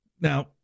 Now